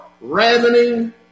ravening